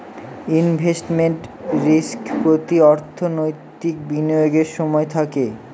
investment risk প্রতি অর্থনৈতিক বিনিয়োগের সময় থাকে